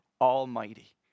Almighty